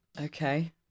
Okay